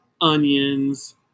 Onions